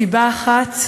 סיבה אחת,